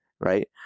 right